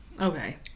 Okay